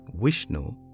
Vishnu